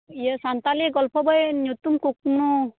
ᱤᱭᱟᱹ ᱥᱟᱱᱛᱟᱞᱤ ᱜᱚᱞᱯᱚ ᱵᱳᱭ ᱧᱩᱛᱩᱢ ᱠᱩᱠᱢᱩ